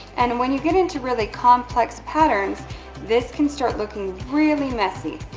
and when you get into really complex patterns this can start looking really messy.